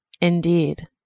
Indeed